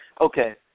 Okay